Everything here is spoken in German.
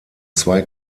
zwei